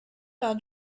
par